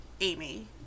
Amy